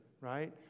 right